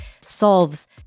solves